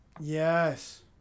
Yes